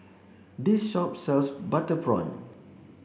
this shop sells butter prawn